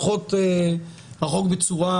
הולכות רחוק בצורה